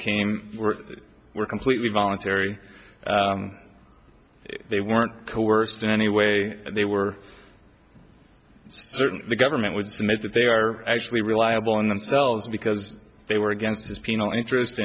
came were completely voluntary they weren't coerced in any way they were certain the government would submit that they are actually reliable in themselves because they were against his penal interest